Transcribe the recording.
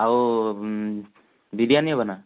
ଆଉ ବିରିଆନୀ ହବ ନା